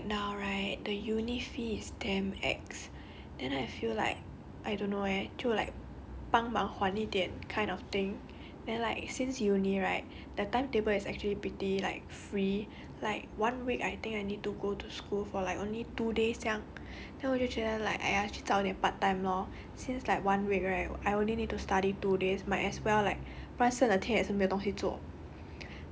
I don't know eh but I think I will leh cause like right now right the uni fee is damn ex and I feel like I don't know eh 就 like 帮忙换一点 that kind of thing then like since uni right the timetable is actually pretty like free like one week I think I need to go to school for like only two days 这样 then 我就觉得 like !aiya! 去找一点 part time lor since like one week right I only need to study